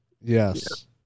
Yes